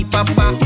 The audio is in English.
Papa